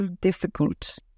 difficult